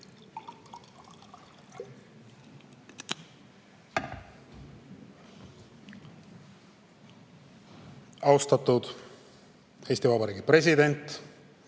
Austatud Eesti Vabariigi president,